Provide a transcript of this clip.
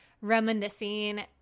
reminiscing –